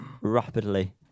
rapidly